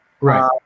right